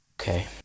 Okay